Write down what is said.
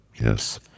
yes